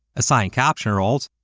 assign caption roles,